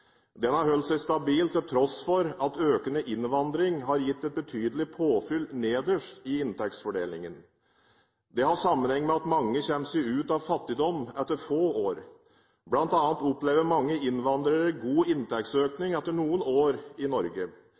Den har holdt seg stabil til tross for at økende innvandring har gitt et betydelig påfyll nederst i inntektsfordelingen. Det har sammenheng med at mange kommer seg ut av fattigdom etter få år. Blant annet opplever mange innvandrere god inntektsøkning etter noen år i Norge.